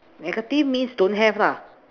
negative means don't have lah